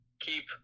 Keep